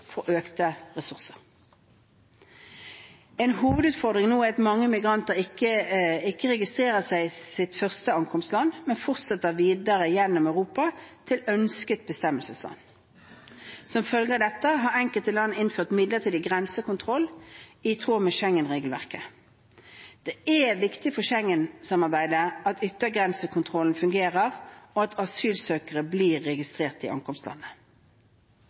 for økte ressurser. En hovedutfordring nå er at mange migranter ikke registrerer seg i første ankomstland, men fortsetter videre gjennom Europa til ønsket bestemmelsesland. Som følge av dette har enkelte land innført midlertidig grensekontroll i tråd med Schengen-regelverket. Det er viktig for Schengen-samarbeidet at yttergrensekontrollen fungerer, og at asylsøkere blir registrert i ankomstlandet.